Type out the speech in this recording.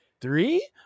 three